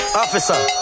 officer